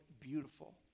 beautiful